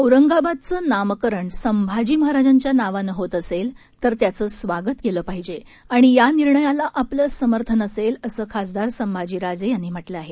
औरंगाबादचं नामकरण संभाजी महाराजांच्या नावानं होत असेल तर त्याचं स्वागत केलं पाहिजे आणि या निर्णयाला आपलं समर्थन असेल असं खासदार संभाजी राजे यांनी म्हटलं आहे